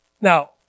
Now